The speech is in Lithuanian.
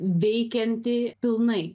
veikianti pilnai